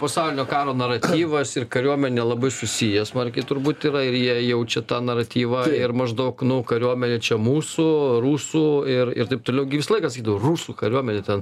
pasaulinio karo naratyvas ir kariuomenė labai susiję smarkiai turbūt yra ir jie jaučia tą naratyvą ir maždaug nu kariuomenė čia mūsų rusų ir ir taip toliau gi visą laiką sakydavo rusų kariuomenė ten